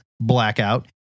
blackout